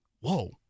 whoa